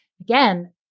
again